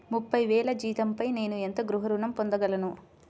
ముప్పై వేల జీతంపై నేను ఎంత గృహ ఋణం పొందగలను?